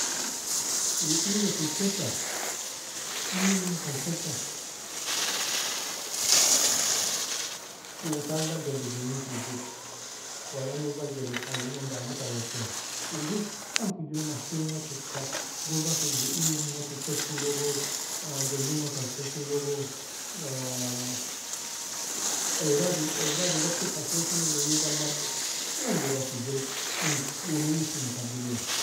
Uu iuga tukecha, iuunga khalsecha, uu talla jelli kignin tigjilu, wala nubal jelli d- alinan damu tar waktila, uu hussan tigjiru, mahsulunga tukka, gurafiru iuunga tukeshu logo, jelunga khalseshu logo, euradi euradin wakti khalsosinogo uu nubal marran gura tigjiru, un awisinga kabdileya.